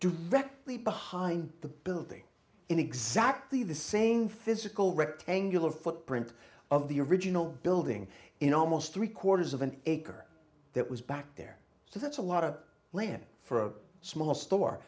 directly behind the building in exactly the same physical rectangular footprint of the original building in almost three quarters of an acre that was back there so that's a lot of land for a small store